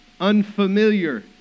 unfamiliar